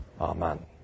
Amen